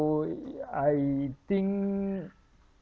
I think